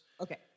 Okay